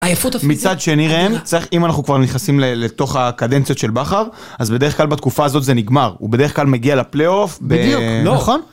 מצד שני, ראם צריך אם אנחנו כבר נכנסים לתוך הקדנציות של בכר אז בדרך כלל בתקופה הזאת זה נגמר הוא (בדיוק) בדרך כלל מגיע לפלייאוף.